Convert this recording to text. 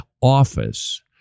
office